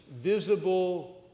visible